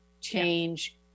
change